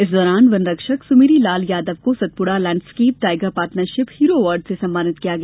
इस दौरान वन रक्षक Sumerilal Yadav Satpura landscape tiger partnership hero award से सम्मानित किया गया